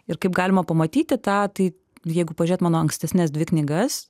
ir kaip galima pamatyti tą tai jeigu pažiūrėt mano ankstesnes dvi knygas